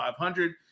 500